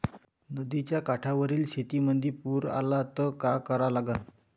नदीच्या काठावरील शेतीमंदी पूर आला त का करा लागन?